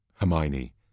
Hermione